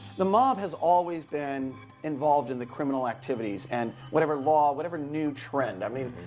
the mob has always been involved in the criminal activities and whatever law whatever new trend. i mean,